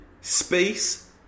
space